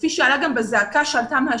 וכפי שגם עלה בזעקה שעלתה מהשטח.